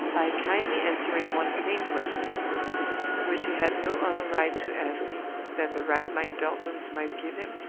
by kindly answering one plain question which he had no other right to ask me than the right my indulgence might give him?